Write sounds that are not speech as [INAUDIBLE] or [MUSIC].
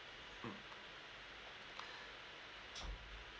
mm [BREATH]